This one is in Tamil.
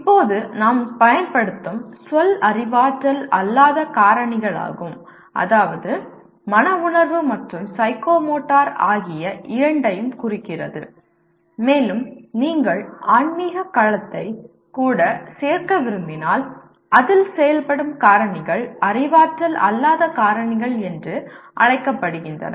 இப்போது நாம் பயன்படுத்தும் சொல் அறிவாற்றல் அல்லாத காரணிகளாகும் அதாவது மன உணர்வு மற்றும் சைக்கோமோட்டர் ஆகிய இரண்டையும் குறிக்கிறது மேலும் நீங்கள் ஆன்மீக களத்தை கூட சேர்க்க விரும்பினால் அதில் செயல்படும் காரணிகள் அறிவாற்றல் அல்லாத காரணிகள் என்று அழைக்கப்படுகின்றன